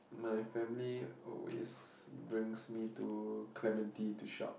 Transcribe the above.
my family always brings me to Clementi to shop